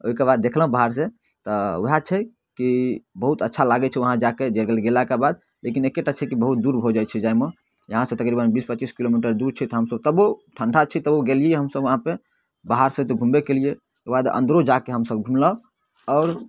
ओइके बाद देखलहुँ बाहरसँ तऽ ओएह छै कि बहुत अच्छा लागै छै वहाँ जाके जेबै गेलाके बाद लेकिन एकेटा छै कि बहुत दूर हो जाइ छै जाइमे यहाँसँ तकरीबन बीस पच्चीस किलोमीटर दूर छै तऽ हमसब तबो ठण्डा छै तबो गेलियै हमसब वहाँपर बाहरसँ तऽ घुमबे कयलियै ओइके बाद अन्दरो जाकऽ हमसब घुमलहुँ आओर